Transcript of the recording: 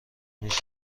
میشه